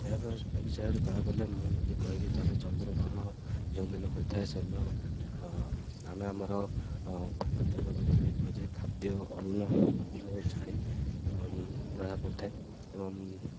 ଏହା ଏ ବିଷୟରେ କହିବାକୁ ଗଲେ ମୁଁ ଯଦି କହିବି ତାହେଲେ ଚନ୍ଦ୍ର ଗ୍ରହଣ ଯେଉଁଦିନ ହୋଇଥାଏ ସେଦିନ ଆମେ ଆମର ପାକ ତ୍ୟାଗ ବା ଯୋଉଟାକି କୁହାଯାଏ ଖାଦ୍ୟ ଅର୍ଣ୍ଣ ଯୋଉ ଛାଡ଼ି ରହିବାକୁ ପଡ଼ିଥାଏ ଏବଂ